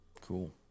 Cool